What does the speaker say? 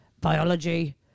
biology